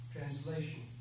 Translation